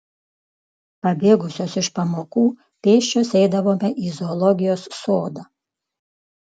pabėgusios iš pamokų pėsčios eidavome į zoologijos sodą